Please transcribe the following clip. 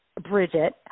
Bridget